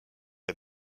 est